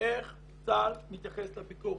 איך צה"ל מתייחס לביקורת.